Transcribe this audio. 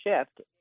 shift